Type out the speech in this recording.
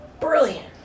brilliant